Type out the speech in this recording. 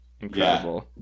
incredible